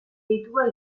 deitua